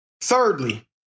Thirdly